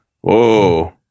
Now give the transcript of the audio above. Whoa